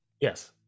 Yes